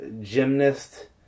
gymnast